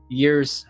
years